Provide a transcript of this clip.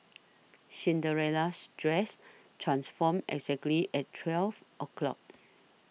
Cinderella's dress transformed exactly at twelve o' clock